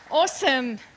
Awesome